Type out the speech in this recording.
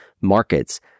markets